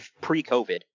Pre-COVID